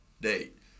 date